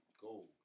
gold